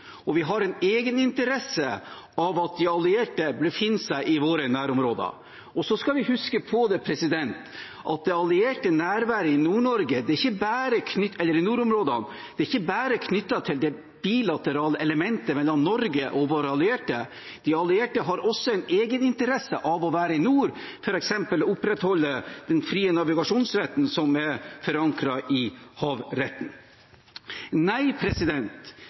og vi har en egeninteresse av at de allierte befinner seg i våre nærområder. Så skal vi huske på at det allierte nærværet i nordområdene ikke bare er knyttet til det bilaterale elementet mellom Norge og våre allierte – de allierte har også en egeninteresse av å være i nord, f.eks. å opprettholde den frie navigasjonsretten som er forankret i havretten.